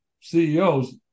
ceos